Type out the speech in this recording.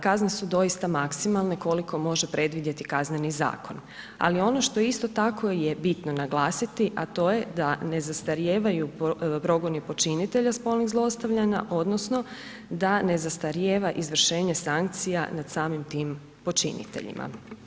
Kazne su doista maksimalne koliko može predvidjeti KZ, ali ono što isto tako je bitno naglasiti a to je da ne zastarijevaju progoni počinitelja spolnih zlostavljanja odnosno da ne zastarijeva izvršenje sankcija nad samim tim počiniteljima.